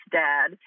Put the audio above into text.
dad